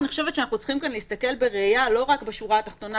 אני חושבת שצריך להסתכל פה בראייה לא רק בשורה התחתונה